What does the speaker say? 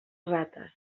rates